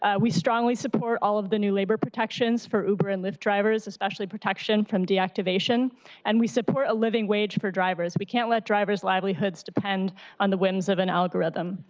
ah we strongly support all of the new labor protections for uber and lyft drivers especially protection from deactivation and we support a living wage for drivers. we cannot let drivers livelihoods depend on the whims of an algorithm.